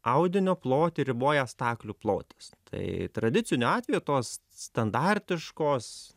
audinio plotį riboja staklių plotis tai tradiciniu atveju tos standartiškos